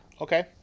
Okay